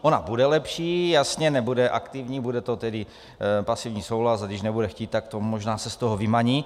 Ona bude lepší, jasně, nebude aktivní, bude to tedy pasivní souhlas, a když nebude chtít, možná se z toho vymaní.